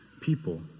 people